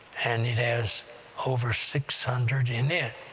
and it has over six hundred in it.